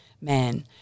man